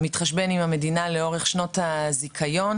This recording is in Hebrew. מתחשבן עם המדינה לאורך שנות הזיכיון,